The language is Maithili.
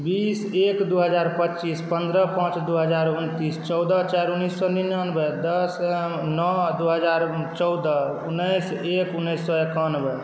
बीस एक दुइ हजार पचीस पनरह पाँच दुइ हजार उनतिस चौदह चारि उनैस सओ निनानवे दस नओ दुइ हजार चौदह उनैस एक उनैस सओ एकानवे